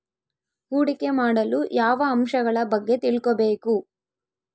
ಹೂಡಿಕೆ ಮಾಡಲು ಯಾವ ಅಂಶಗಳ ಬಗ್ಗೆ ತಿಳ್ಕೊಬೇಕು?